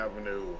Avenue